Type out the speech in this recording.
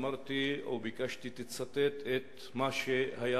אמרתי או ביקשתי שתצטט את מה שהיה